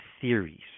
theories